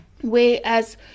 Whereas